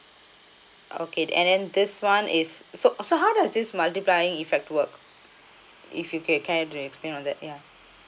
okay and then this one is so uh so how does this multiplying effect work if you can can to explain on that ya